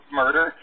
murder